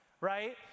right